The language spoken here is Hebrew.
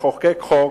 לחוקק חוק